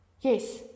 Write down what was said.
Yes